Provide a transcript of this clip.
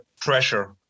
treasure